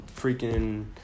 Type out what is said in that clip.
freaking